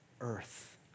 earth